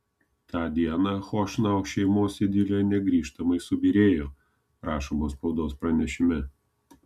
tą dieną chošnau šeimos idilė negrįžtamai subyrėjo rašoma spaudos pranešime